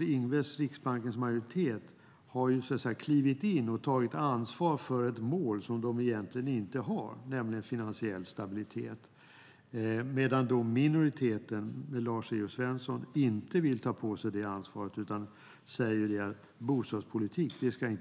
Ingves och Riksbankens majoritet har klivit in och tagit ansvar för ett mål som de egentligen inte har, nämligen finansiell stabilitet. Minoriteten med Lars E O Svensson vill inte ta på sig det ansvaret och säger att Riksbanken inte ska ägna